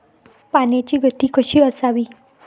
पाण्याची गती कशी असावी?